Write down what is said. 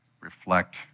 reflect